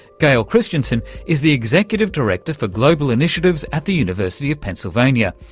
gayle christensen is the executive director for global initiatives at the university of pennsylvania,